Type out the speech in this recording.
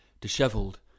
dishevelled